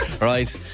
right